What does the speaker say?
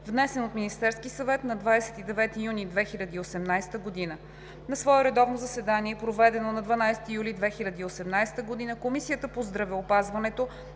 внесен от Министерския съвет на 29 юни 2018 г. На свое редовно заседание, проведено на 12 юли 2018 г., Комисията по здравеопазването